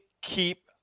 keep